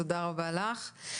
תודה רבה לך.